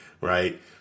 right